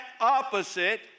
opposite